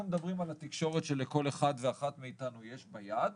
אנחנו מדברים על התקשורת שלכל אחד ואחת מאיתנו יש ביד,